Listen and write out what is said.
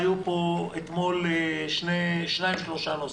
היו פה אתמול שניים-שלושה נושאים.